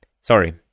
sorry